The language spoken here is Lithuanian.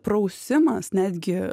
prausimas netgi